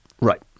Right